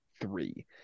three